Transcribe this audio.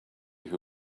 who